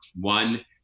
one